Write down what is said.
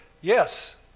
Yes